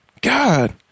God